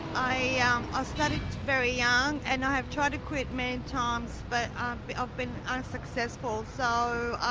i ah um ah started very young and i have tried to quit many times but i've been unsuccessful so.